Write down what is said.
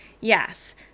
Yes